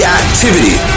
activity